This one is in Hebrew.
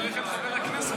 אני מברך את חבר הכנסת שנאם.